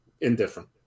indifferent